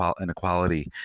inequality